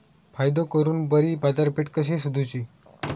फायदो करून बरी बाजारपेठ कशी सोदुची?